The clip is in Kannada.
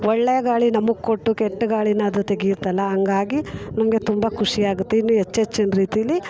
ಒಳ್ಳೆ ಗಾಳಿ ನಮಗೆ ಕೊಟ್ಟು ಕೆಟ್ಟ ಗಾಳಿನ ಅದು ತೆಗೆಯುತ್ತಲ್ಲ ಹಂಗಾಗಿ ನಮಗೆ ತುಂಬ ಖುಷಿಯಾಗುತ್ತೆ ಇನ್ನೂ ಹೆಚ್ಚು ಹೆಚ್ಚಿನ ರೀತೀಲಿ